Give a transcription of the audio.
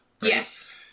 Yes